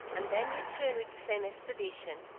and then return with the same expedition.